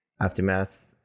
Aftermath